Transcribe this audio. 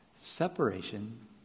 Separation